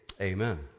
Amen